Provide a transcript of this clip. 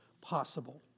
possible